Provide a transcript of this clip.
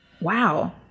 Wow